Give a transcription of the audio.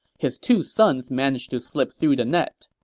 his two sons managed to slip through the net.